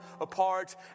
apart